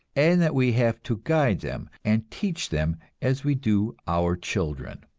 and that we have to guide them and teach them as we do our children.